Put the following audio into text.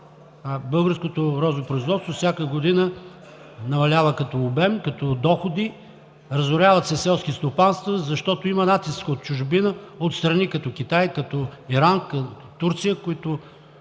българското розопроизводство всяка година намалява като обем, като доходи, разоряват се селски стопанства, защото има натиск от чужбина – от страни като Китай, като Иран, като Турция, които